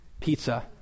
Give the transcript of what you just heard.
pizza